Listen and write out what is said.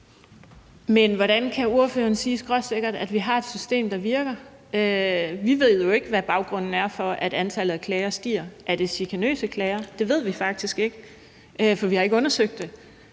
Men hvordan kan ordføreren sige skråsikkert, at vi har et system, der virker? Vi ved jo ikke, hvad baggrunden er for, at antallet af klager stiger. Er det chikanøse klager? Det ved vi faktisk ikke, for vi har ikke undersøgt det.